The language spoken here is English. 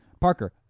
Parker